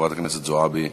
חברת הכנסת זועבי,